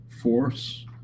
force